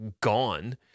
gone